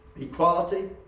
equality